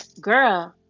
girl